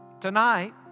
Tonight